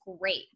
great